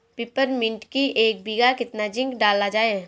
Peppermint की एक बीघा कितना जिंक डाला जाए?